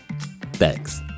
Thanks